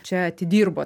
čia atidirbo